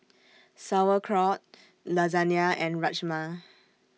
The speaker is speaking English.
Sauerkraut Lasagna and Rajma